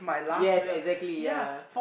yes exactly yea